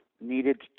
needed